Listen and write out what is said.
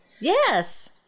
Yes